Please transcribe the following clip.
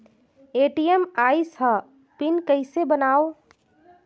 ATM आइस ह PIN कइसे बनाओ?